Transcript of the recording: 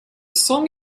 song